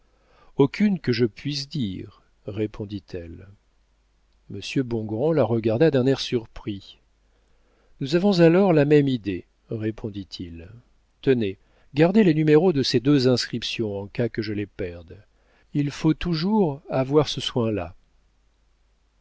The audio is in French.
aucune que je puisse dire répondit-elle monsieur bongrand la regarda d'un air surpris nous avons alors la même idée répondit-il tenez gardez les numéros de ces deux inscriptions en cas que je les perde il faut toujours avoir ce soin là